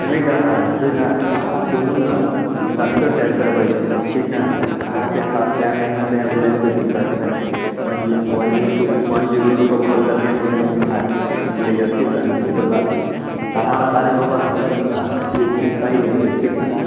नहि घबराहट होयते नहि अहाँ सुनु ने डॉक्टर टाइम पर अबैत छै ठीक हय अहाँकेँ पास टाइम नहि है तऽ एम्बुलेन्सके सुविधा छै one one zero two one one zero two पर काल करके एम्बुलेन्स मंगा सकली हऽ ठीक हइ इसमे कोइ बात नहि नै छै अहाँ हमरा बारेमे बहुत सुनले होयब ने ई चीज सहीमे छै ठीक है